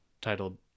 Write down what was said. titled